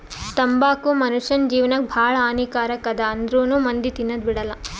ತಂಬಾಕು ಮುನುಷ್ಯನ್ ಜೇವನಕ್ ಭಾಳ ಹಾನಿ ಕಾರಕ್ ಅದಾ ಆಂದ್ರುನೂ ಮಂದಿ ತಿನದ್ ಬಿಡಲ್ಲ